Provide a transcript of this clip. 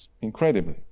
incredibly